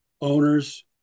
owners